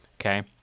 okay